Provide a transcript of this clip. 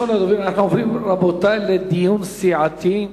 אנחנו עוברים לדיון סיעתי,